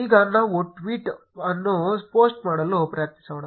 ಈಗ ನಾವು ಟ್ವೀಟ್ ಅನ್ನು ಪೋಸ್ಟ್ ಮಾಡಲು ಪ್ರಯತ್ನಿಸೋಣ